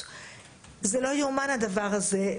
זה לא יאומן הדבר הזה.